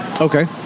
Okay